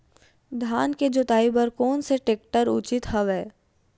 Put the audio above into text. धान के जोताई बर कोन से टेक्टर ह उचित हवय?